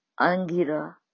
Angira